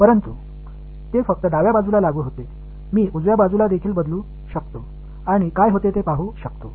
ஆனால் அது இடது புறத்தில் மட்டுமே பயன்படுத்தப்பட்டது நான் வலது புறத்தை மாற்றி என்ன நடக்கிறது என்று பார்க்க முடியும்